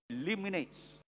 eliminates